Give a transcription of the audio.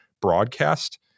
broadcast